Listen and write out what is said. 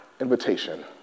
invitation